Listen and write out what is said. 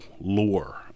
lore